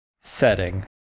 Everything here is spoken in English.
setting